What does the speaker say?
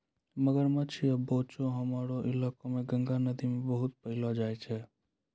मगरमच्छ या बोचो हमरो इलाका मॅ गंगा नदी मॅ बहुत पैलो जाय छै